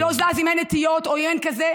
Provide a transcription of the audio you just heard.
אני לא זז אם אין נטיעות או אין כזה,